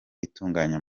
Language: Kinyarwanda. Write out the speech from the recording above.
itunganya